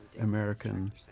American